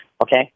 Okay